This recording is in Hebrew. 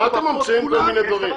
מה אתם ממציאים כל מיני דברים.